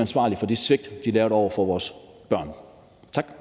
ansvarlige for det svigt, de lavede over for vores børn. Tak.